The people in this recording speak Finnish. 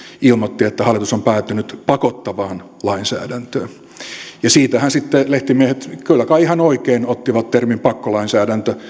ilmoitti että hallitus on päätynyt pakottavaan lainsäädäntöön ja siitähän sitten lehtimiehet kyllä kai ihan oikein ottivat termin pakkolainsäädäntö